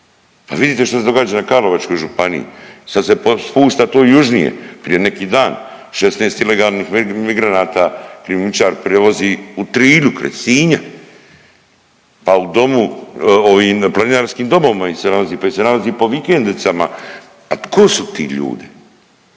Pa vidite što se događaja u Karlovačkoj županiji. Sad se spušta tu južnije. Prije neki dan 16 ilegalnih migranata krijumčar prevozi u Trilju kraj Sinja, a u domu, ovim planinarskim domovima ih se nalazi pa ih se nalazi po vikendicama. A tko su ti ljudi?